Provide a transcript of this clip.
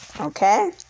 Okay